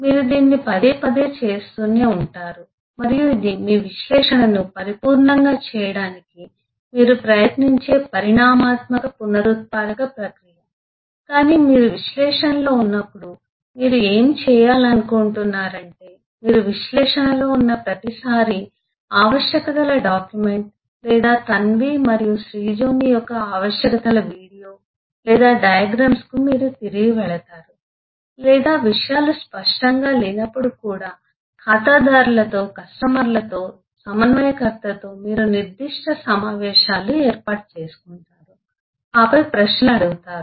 మీరు దీన్ని పదేపదే చేస్తూనే ఉంటారు మరియు ఇది మీ విశ్లేషణను పరిపూర్ణంగా చేయడానికి మీరు ప్రయత్నించే పరిణామాత్మక పునరుత్పాదక ప్రక్రియ కానీ మీరు విశ్లేషణలో ఉన్నప్పుడు మీరు ఏమి చేయాలనుకుంటున్నారంటే మీరు విశ్లేషణలో ఉన్న ప్రతిసారీ ఆవశ్యకతల డాక్యుమెంట్లేదా తన్వి మరియు శ్రీజోని యొక్క ఆవశ్యకతల వీడియో లేదా డయాగ్రమ్స్ కు మీరు తిరిగి వెళతారు లేదా విషయాలు స్పష్టంగా లేనప్పుడు కూడా ఖాతాదారులతో కస్టమర్లతో సమన్వయకర్తతో మీరు నిర్దిష్ట సమావేశాలు ఏర్పాటు చేసుకుంటారు ఆపై ప్రశ్నలు అడుగుతారు